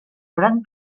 gran